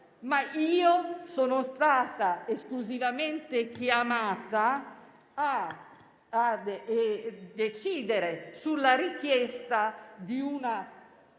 io sono stata esclusivamente chiamata a decidere sulla richiesta di una